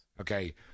Okay